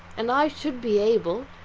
and i should be able,